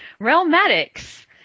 realmatics